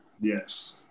Yes